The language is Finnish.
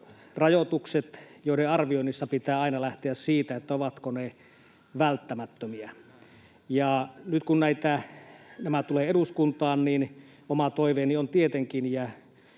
rajoitukset, joiden arvioinnissa pitää aina lähteä siitä, ovatko ne välttämättömiä. Nyt kun nämä tulevat eduskuntaan, niin oma toiveeni on tietenkin...